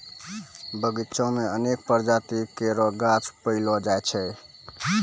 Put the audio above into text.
बगीचा म अनेक प्रजाति केरो गाछ पैलो जाय छै